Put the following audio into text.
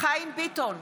חיים ביטון,